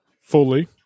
fully